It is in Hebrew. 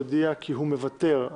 הודיע כי הוא מוותר,